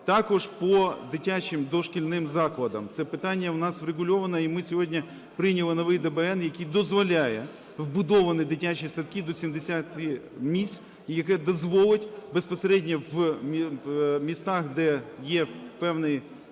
Також по дитячим дошкільним закладам, це питання в нас врегульоване, і ми сьогодні прийняли новий ДБН, який дозволяє вбудовані дитячі садки до 70 місць, який дозволить безпосередньо в містах, де є певний дефіцит